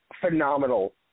phenomenal